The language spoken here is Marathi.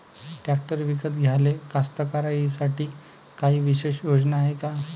ट्रॅक्टर विकत घ्याले कास्तकाराइसाठी कायी विशेष योजना हाय का?